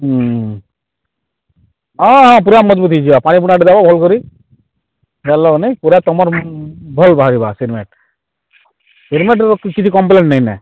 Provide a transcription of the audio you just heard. ହୁଁ ହଁ ହଁ ପୁରା ମଜଭୁତ ହେଇଯିବା ପାଣି ପୁଣାଟେ ଦେବା ଭଲକରି ହେଲ ନେଇ ପୁରା ତୁମର ଭଲ ବାହାରିବା ସିମେଣ୍ଟ ସିମେଣ୍ଟର କିଛି କମ୍ପ୍ଲେନ୍ ନାଇଁ ନା